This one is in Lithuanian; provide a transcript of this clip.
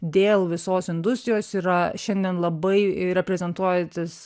dėl visos industrijos yra šiandien labai reprezentuojantys